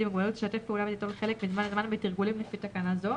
עם מוגבלות תשתף פעולה ותיטול חלק מזמן לזמן בתרגולים לפי תקנה זו,